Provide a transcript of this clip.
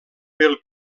pel